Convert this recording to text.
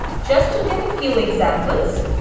just to give a few examples,